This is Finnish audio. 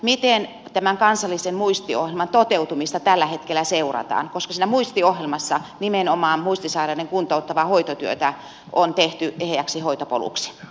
miten tämän kansallisen muistiohjelman toteutumista tällä hetkellä seurataan koska siinä muistiohjelmassa nimenomaan muistisairaiden kuntouttavaa hoitotyötä on tehty eheäksi hoitopoluksi